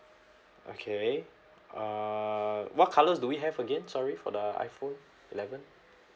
okay err what colours do we have again sorry for the iphone eleven